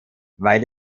weil